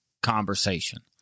conversation